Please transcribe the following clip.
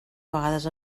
vegades